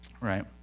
right